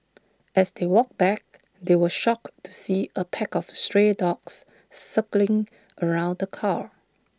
as they walked back they were shocked to see A pack of stray dogs circling around the car